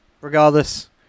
Regardless